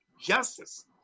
justice